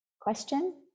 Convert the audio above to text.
question